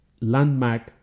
landmark